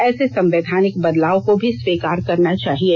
ऐसे संवैधानिक बदलाव को भी स्वीकार करना चाहिये